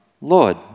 Lord